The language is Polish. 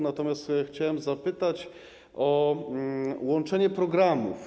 Natomiast chciałem zapytać o łączenie programów.